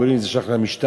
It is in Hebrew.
אמרו לי: זה שייך למשטרה,